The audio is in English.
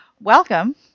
welcome